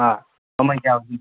ꯑꯥ ꯃꯃꯟ ꯀꯌꯥ